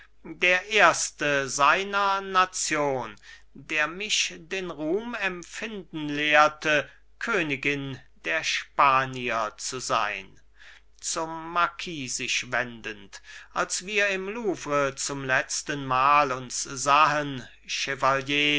der erste seiner nation der mich den ruhm empfinden lehrte königin der spanier zu sein zum marquis sich wendend als wir im louvre zum letztenmal uns sahen